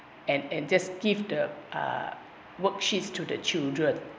and and just give the uh worksheets to their children